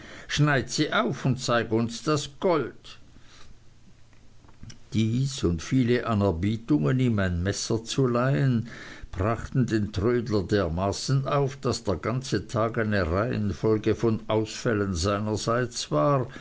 schneid sie auf und zeig uns das gold dies und viele anerbietungen ihm ein messer zu leihen brachten den trödler dermaßen auf daß der ganze tag eine reihenfolge von ausfällen seinerseits war